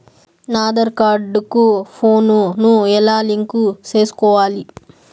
నా ఆధార్ కార్డు కు ఫోను ను ఎలా లింకు సేసుకోవాలి?